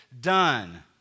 done